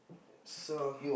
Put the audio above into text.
so